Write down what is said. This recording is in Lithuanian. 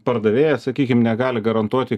pardavėjas sakykim negali garantuoti